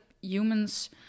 humans